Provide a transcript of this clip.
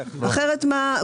אחרת מה?